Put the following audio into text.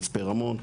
מצפה רמון,